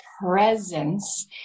presence